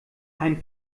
ein